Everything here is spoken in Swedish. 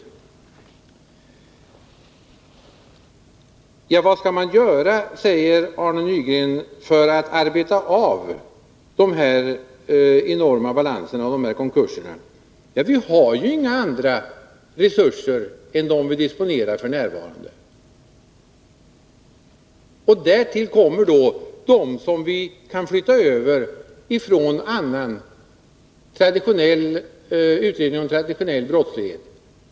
Arne Nygren frågar: Vad skall vi göra för att arbeta av de här enorma balanserna i fråga om konkursmål? Ja, vi har inga andra resurser än dem vi disponerar f. n., och därtill kommer de personer som vi kan flytta över ifrån utredningsverksamhet som gäller traditionell brottslighet.